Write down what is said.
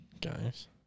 guys